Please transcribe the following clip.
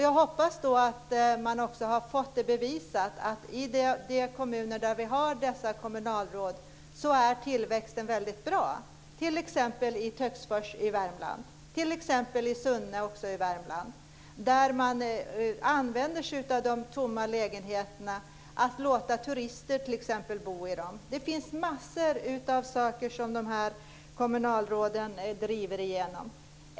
Jag hoppas då att man också har fått bevisat att i de kommuner där dessa kommunalråd finns är tillväxten väldigt bra, t.ex. i Töcksfors och i Sunne i Värmland, där man använder sig av de tomma lägenheterna och låter t.ex. turister bo i dem. Det finns massor av saker som dessa kommunalråd driver igenom.